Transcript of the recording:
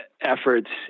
efforts